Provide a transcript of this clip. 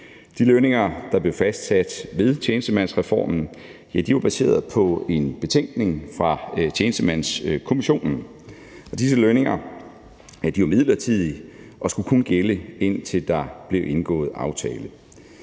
De lønninger, der blev fastsat ved tjenestemandsreformen, var baseret på en betænkning fra Tjenestemandskommissionen, og disse lønninger var midlertidige og skulle kun gælde, indtil der blev indgået aftale.